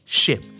ship